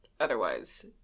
otherwise